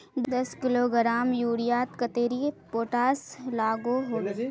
दस किलोग्राम यूरियात कतेरी पोटास लागोहो होबे?